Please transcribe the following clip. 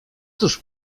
cóż